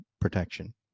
protection